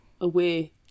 away